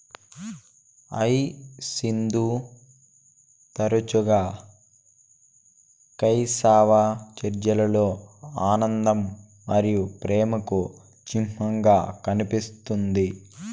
hyacinth తరచుగా క్రైస్తవ చర్చిలలో ఆనందం మరియు ప్రేమకు చిహ్నంగా కనిపిస్తుంది